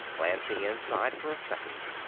glancing inside for a second.